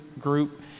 group